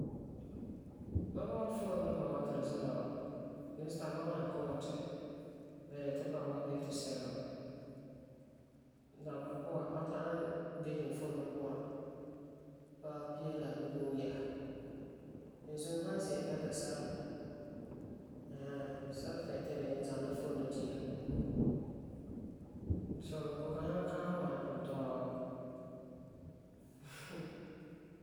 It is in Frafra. Mobile phone duma wa ti tu zala wa, this time bama n nyaa kɔ'ɔm ŋwɔna ti ba de tu pɔgeba la tu sireba. Dabeserɛ puan ma ta'am bisɛ n phone wa puan gaŋɛ pia la bunuu yɛ'ɛsa. Beni zuo, n san zi'a ka ita sɛla ɛɛn hɛɛn. Sɛla ti n ita de'e n zali la phone la di'isa. So n kɔ'ɔm kan nyaŋɛ kaalɛ ŋwana tintɔɔ.